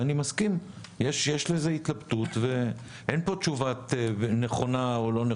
אני מסכים שיש פה התלבטות ואין פה תשובת בית ספר,